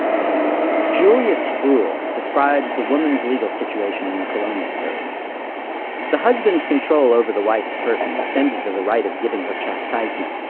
julia spruill describes the woman's legal situation in the colonial period the husband's control over the wife's person extended to the right of giving her chastisement.